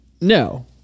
No